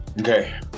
okay